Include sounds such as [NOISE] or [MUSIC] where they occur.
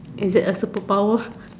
is it a superpower [BREATH]